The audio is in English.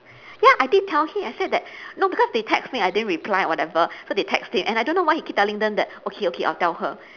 ya I did tell him I say that no because they text me I didn't reply or whatever so they text him and I don't know why he keep telling them that okay okay I'll tell her